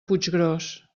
puiggròs